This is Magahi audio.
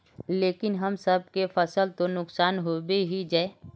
लेकिन हम सब के फ़सल तो नुकसान होबे ही जाय?